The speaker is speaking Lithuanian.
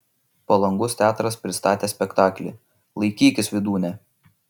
palangos teatras pristatė spektaklį laikykis vydūne